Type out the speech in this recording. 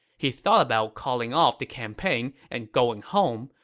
he thought about calling off the campaign and going home,